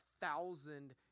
thousand